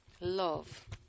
Love